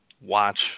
watch